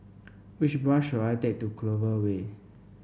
which bus should I take to Clover Way